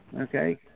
Okay